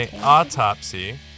Autopsy